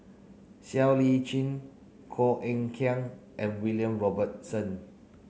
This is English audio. Siow Lee Chin Koh Eng Kian and William Robinson